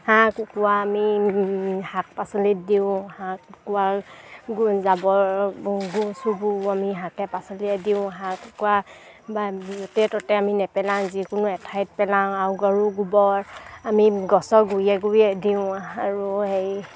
হাঁহ কুকৰা আমি শাক পাচলিত দিওঁ হাঁহ কুকুৰা জাবৰ আমি শাক পাচলিয়ে দিওঁ হাঁহ কুকৰা বা ত'তে ত'তে আমি নেপেলাওঁ যিকোনো এঠাইত পেলাওঁ আৰু গৰু গোবৰ আমি গছৰ গুৰিয়ে গুৰিয়ে দিওঁ আৰু হেৰি